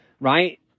right